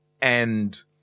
and-